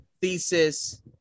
thesis